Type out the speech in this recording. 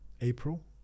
April